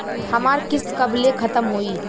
हमार किस्त कब ले खतम होई?